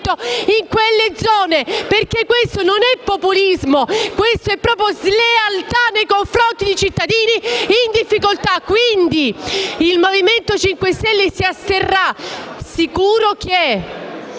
in quelle zone perché questo non è populismo: questa è proprio slealtà nei confronti dei cittadini in difficoltà. Quindi, il Movimento 5 Stelle si asterrà, e